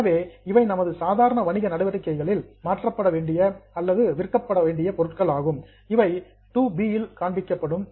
எனவே இவை நமது சாதாரண வணிக நடவடிக்கைகளில் மாற்றப்பட வேண்டிய அல்லது விற்கப்பட வேண்டிய பொருட்கள் ஆகும் இவை 2 இல் காண்பிக்கப்படும்